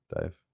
Dave